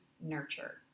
nurture